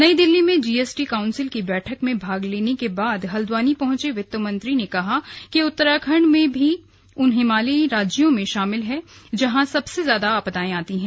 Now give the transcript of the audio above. नई दिल्ली में GST council की बैठक में भाग लेने के बाद हल्द्वानी पहंचे वित्त मंत्री ने कहा कि उत्तराखंड भी उन हिमालयी राज्यों में शामिल है जहां सबसे ज्यादा आपदाएं आती हैं